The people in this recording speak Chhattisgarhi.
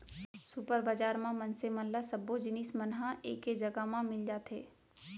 सुपर बजार म मनसे मन ल सब्बो जिनिस मन ह एके जघा म मिल जाथे